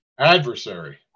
Adversary